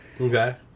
okay